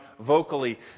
vocally